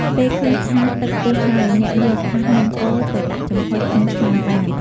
ពេលឃើញថាទឹកពុះហើយ អ្នកយកថាសនំកូរទៅដាក់ចំហុយក្នុងឆ្នាំងបាន។